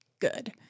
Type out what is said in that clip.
good